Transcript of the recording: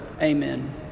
Amen